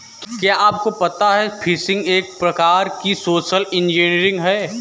क्या आपको पता है फ़िशिंग एक प्रकार की सोशल इंजीनियरिंग है?